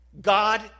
God